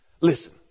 Listen